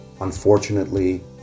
unfortunately